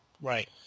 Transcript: Right